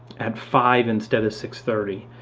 at five instead of six thirty.